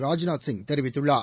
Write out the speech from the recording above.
ராஜ்நாத் சிங் தெரிவித்துள்ளார்